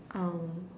um